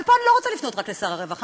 אבל פה אני לא רוצה לפנות רק לשר הרווחה,